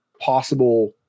possible